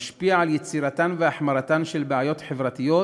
משפיע על יצירתן והחמרתן של בעיות חברתיות